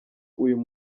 uyu